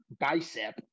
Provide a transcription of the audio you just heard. bicep